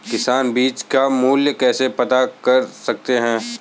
किसान बीज का मूल्य कैसे पता कर सकते हैं?